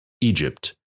Egypt